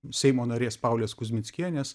seimo narės paulės kuzmickienės